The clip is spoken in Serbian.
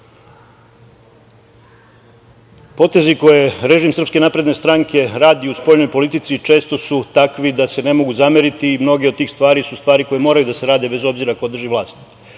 Potezi koje režim SNS radi u spoljnoj politici često su takvi da se ne mogu zameriti i mnoge od tih stvari su stvari koje moraju da se rade, bez obzira ko drži vlast.Međutim,